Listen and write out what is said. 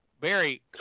Barry